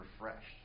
refreshed